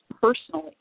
personally